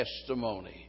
testimony